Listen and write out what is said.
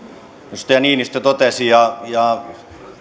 edustaja niinistö totesi ja ja